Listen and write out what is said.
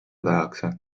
tehakse